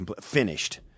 finished